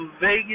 Vegas